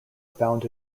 found